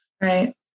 Right